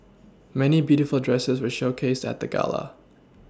many beautiful dresses were showcased at the gala